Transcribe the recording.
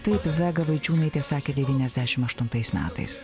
taip vega vaičiūnaitė sakė devyniasdešimt aštuntais metais